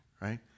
right